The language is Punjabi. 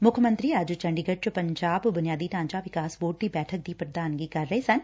ਮੁੱਖ ਮੰਤਰੀ ੱੱਜ ਚੰਡੀਗੜ ਚ ਪੰਜਾਬ ਬੁਨਿਆਦੀ ਢਾਚਾ ਵਿਕਾਸ ਬੋਰਡ ਦੀ ਬੈਠਕ ਦੀ ਪ੍ਰਧਾਨਗੀ ਕਰ ਰਹੇ ਸਨ